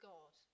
God